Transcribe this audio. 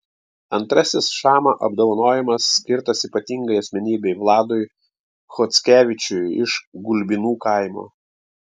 antrasis šama apdovanojimas skirtas ypatingai asmenybei vladui chockevičiui iš gulbinų kaimo